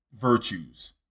virtues